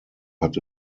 hat